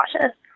cautious